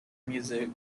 music